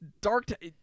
Dark